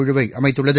குழுவை அமைத்துள்ளது